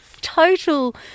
total